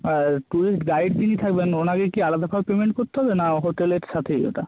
আর tourist guide যিনি থাকবেন ওনাকে কি আলাদাভাবে পেমেন্ট করতে হবে না হোটেলের সাথেই ওটা